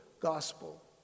gospel